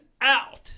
out